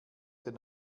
den